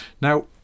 now